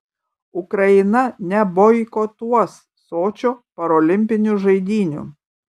ukraina neboikotuos sočio parolimpinių žaidynių